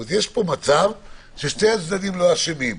יש פה מצב ששני הצדדים לא אשמים.